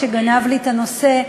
שגנב לי את הנושא,